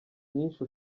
nyinshi